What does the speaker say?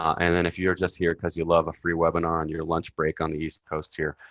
and then if you're just here because you love a free webinar on your lunch break on the east coast, here,